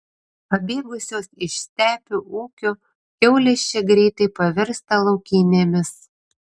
pabėgusios iš stepių ūkių kiaulės čia greitai pavirsta laukinėmis